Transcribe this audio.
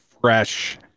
fresh